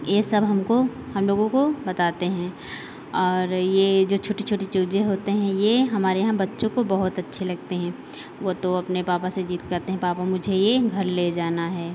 ये सब हमको हम लोगों को बताते हैं और ये जो छोटे छोटे चूजें होते हैं ये हमारे यहाँ बच्चों को बहुत अच्छे लगते हैं वो तो अपने पापा से ज़िद्द करते हैं पापा मुझे ये घर ले जाना है